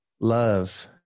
love